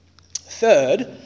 Third